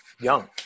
young